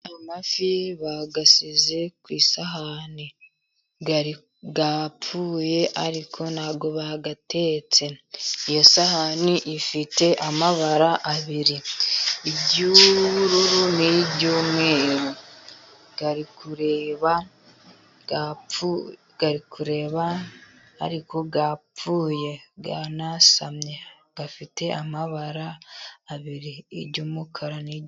Amafi bayashyize ku isahani yapfuye , ariko ntabwo bayatetse. Iyo sahani, ifite amabara abiri . Ubururu n'umweru . Arimo kureba, ariko yapfuye. Anarasamye , afite amabara abiri ,umukara n' u......